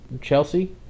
Chelsea